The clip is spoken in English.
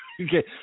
Okay